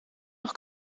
nog